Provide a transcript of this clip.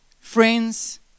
friends